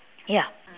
ya